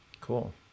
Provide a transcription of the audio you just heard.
Cool